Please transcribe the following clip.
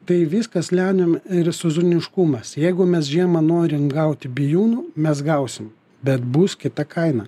tai viskas lemiama ir sezoniškumas jeigu mes žiemą norim gauti bijūnų mes gausim bet bus kita kaina